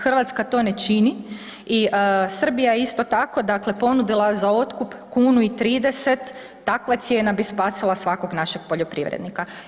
Hrvatska to ne čini i Srbija je isto tako, dakle ponudila za otkup kunu i 30, takva cijena bi spasila svakog našeg poljoprivrednika.